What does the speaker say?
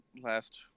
last